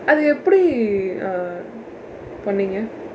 அது எப்படி:athu eppadi uh பண்ணீங்க:panniingka